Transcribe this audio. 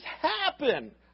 happen